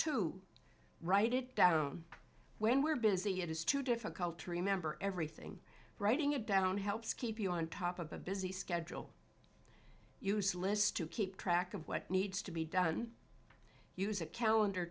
to write it down when we're busy it is too difficult to remember everything writing it down helps keep you on top of a busy schedule useless to keep track of what needs to be done use a calendar